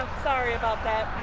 sorry about that